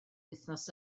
wythnos